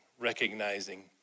recognizing